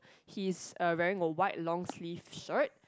he's uh wearing a white long sleeve shirt